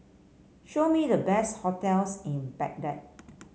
show me the best hotels in Baghdad